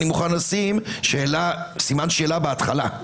אני מוכן לשים סימן שאלה בהתחלה.